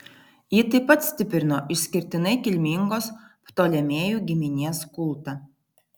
ji taip pat stiprino išskirtinai kilmingos ptolemėjų giminės kultą